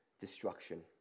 destruction